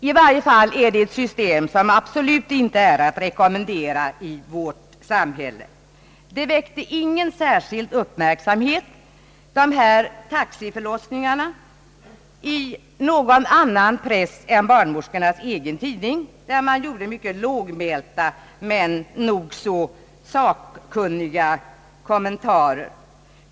I varje fall är det ett system som absolut inte är att rekommendera i vårt samhälle. Dessa taxiförlossningar väckte ingen särskild uppmärksamhet i någon annan press än barnmorskornas egen tidning, där man gjorde mycket lågmälda men nog så sakkunniga kommentarer.